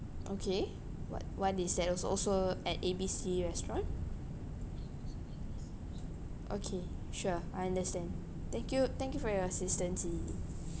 okay what what is that also also at A B C restaurant okay sure I understand thank you thank you for your assistance lily